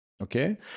Okay